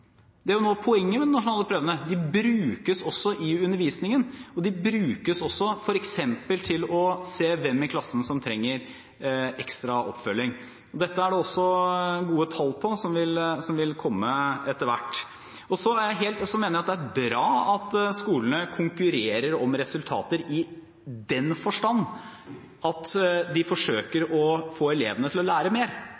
Det er jo noe av poenget med de nasjonale prøvene. De brukes i undervisningen, og de brukes også f.eks. til å se hvem i klassen som trenger ekstra oppfølging. Dette er det også gode tall på, som vil komme etter hvert. Så mener jeg at det er bra at skolene konkurrerer om resultater, i den forstand at de forsøker